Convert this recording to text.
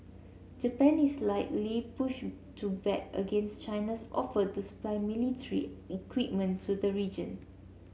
Japan is likely push to back against China's offer to supply military equipment to the region